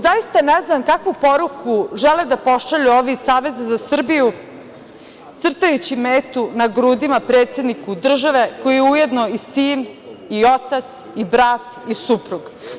Zaista ne znam kakvu poruku žele da pošalju ovi iz Saveza za Srbiju, crtajući metu na grudima predsedniku države koji je ujedno i sin, i otac, i brat, i suprug?